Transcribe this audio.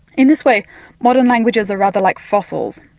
in this way modern languages are rather like fossils.